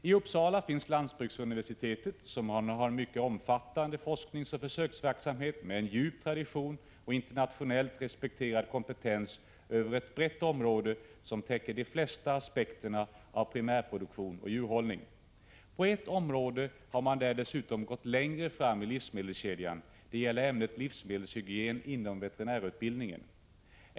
I Uppsala finns lantbruksuniversitetet, som har en mycket omfattande forskningsoch försöksverksamhet med en djup tradition och internationellt respekterad kompetens över ett brett område, som täcker de flesta aspekterna av primärproduktion och djurhållning. På ett område har man där dessutom gått längre fram i livsmedelskedjan. Det gäller ämnet livsmedelshygien inom veterinärutbildningen.